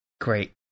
great